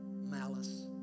malice